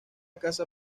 casa